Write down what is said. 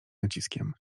naciskiem